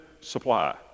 supply